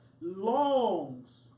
longs